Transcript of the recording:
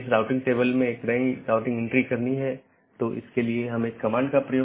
क्योंकि यह एक बड़ा नेटवर्क है और कई AS हैं